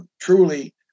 truly